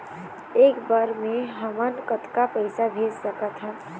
एक बर मे हमन कतका पैसा भेज सकत हन?